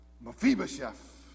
Mephibosheth